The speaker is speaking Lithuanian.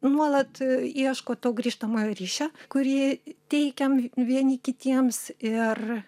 nuolat ieško to grįžtamojo ryšio kurį teikiam v vieni kitiems ir